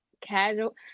casual